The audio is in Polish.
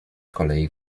kolei